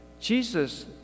jesus